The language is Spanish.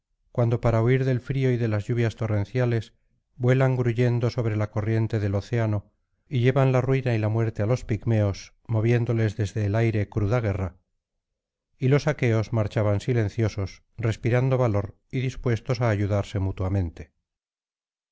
cuando para huir del frío y de las lluvias torrenciales vuelan gruyendo sobre la corriente del océano y llevan la ruina y la muerte á los pigmeos moviéndoles desde el aire cruda guerra y los aqueos marchaban silenciosos respirando valor y dispuestos á ayudarse mutuamente